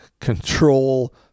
control